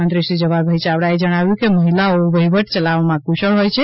મંત્રીશ્રી જવાહરભાઈ યાવડાએ જણાવ્યું કે મહિલાઓ વહીવટ ચલાવવામાં કુશળ હોય છે